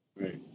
Right